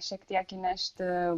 šiek tiek įnešti